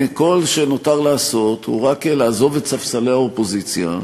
כל שנותר לעשות הוא רק לעזוב את ספסלי האופוזיציה,